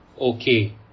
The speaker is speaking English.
Okay